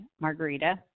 margarita